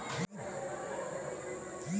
বোরো ধান কোন মাসে রোপণ করা হয়?